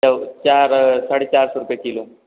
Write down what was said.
चार साढ़े चार सौ रुपये किलो